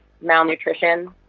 malnutrition